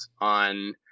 on